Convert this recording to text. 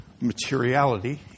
materiality